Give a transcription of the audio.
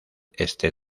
este